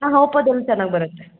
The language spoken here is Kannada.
ಹಾಂ ಓಪೋದಲ್ಲಿ ಚೆನ್ನಾಗಿ ಬರುತ್ತೆ